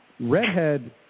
redhead